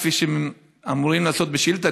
כפי שאמורים לעשות בשאילתה.